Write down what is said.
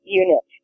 unit